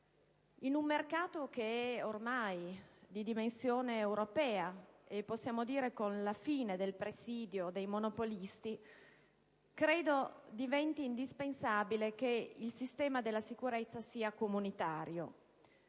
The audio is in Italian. In un mercato che è ormai di dimensione europea e con la fine del presidio dei monopolisti, diventa indispensabile che il sistema della sicurezza sia comunitario.